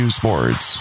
sports